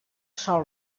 sol